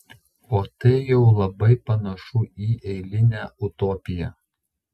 o tai jau labai panašu į eilinę utopiją